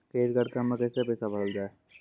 Credit card हम्मे कैसे पैसा भरल जाए?